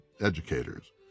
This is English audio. educators